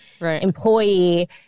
employee